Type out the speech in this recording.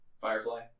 Firefly